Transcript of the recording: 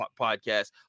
podcast